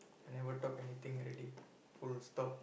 I never talk anything already full stop